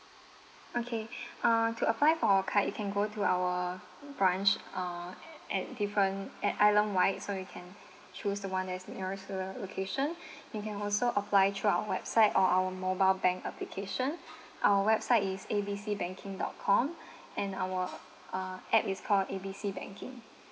okay uh to apply for our card you can go to our branch uh at different at island wide so you can choose the one that is nearest to your location you can also apply through our website or our mobile bank application our website is A B C banking dot com and our uh app is called A B C banking